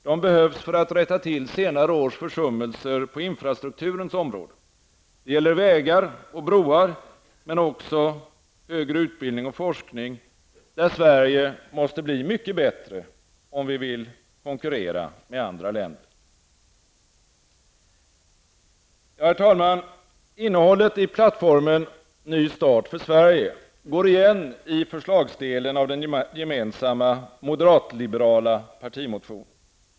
De behövs för att rätta till senare års försummelser på infrastrukturens område -- det gäller vägar och broar, men också högre utbildning och forskning, där Sverige måste bli mycket bättre, om vi vill konkurrera med andra länder. Herr talman! Innehållet i plattformen Ny start för Sverige går igen i förslagsdelen av den gemensamma moderatliberala partimotionen.